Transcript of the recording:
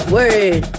Word